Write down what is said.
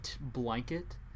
blanket